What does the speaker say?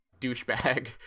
douchebag